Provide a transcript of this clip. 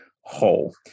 whole